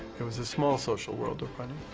it was a small social world of running.